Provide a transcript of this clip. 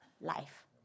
life